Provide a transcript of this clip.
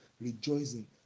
rejoicing